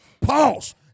Pause